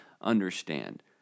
understand